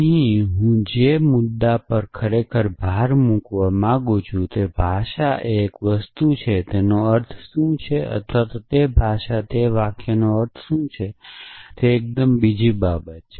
અહીં હું જે મુદ્દા પર ખરેખર ભાર મૂકવા માંગું છું તે તે છે કે ભાષા એ એક વસ્તુ છે અને તેનો અર્થ શું છે અથવા તે ભાષાના તે વાક્યોનો અર્થ શું છે તે એકદમ બીજી બાબત છે